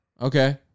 Okay